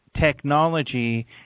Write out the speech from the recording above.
technology